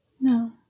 No